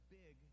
big